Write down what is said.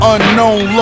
Unknown